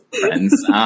friends